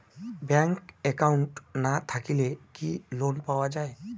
Bank account না থাকিলে কি লোন পাওয়া য়ায়?